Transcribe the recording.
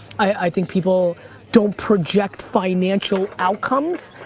i think people don't project financial outcomes,